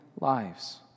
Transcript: lives